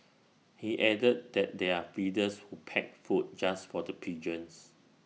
he added that there are feeders who pack food just for the pigeons